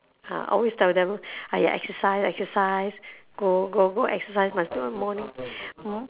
ah always tell them !aiya! exercise exercise go go go exercise must do in morning